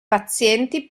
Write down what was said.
pazienti